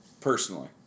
Personally